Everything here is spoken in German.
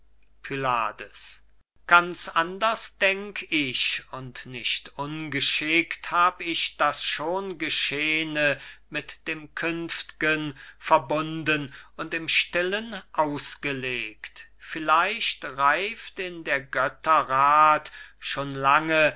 pylades ganz anders denk ich und nicht ungeschickt hab ich das schon geschehne mit dem künft'gen verbunden und im stillen ausgelegt vielleicht reift in der götter rath schon lange